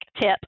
tip